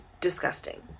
disgusting